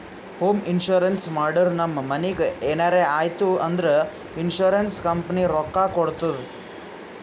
home insurance ಮಾಡುರ್ ನಮ್ ಮನಿಗ್ ಎನರೇ ಆಯ್ತೂ ಅಂದುರ್ ಇನ್ಸೂರೆನ್ಸ್ ಕಂಪನಿ ರೊಕ್ಕಾ ಕೊಡ್ತುದ್